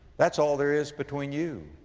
that's all there is between you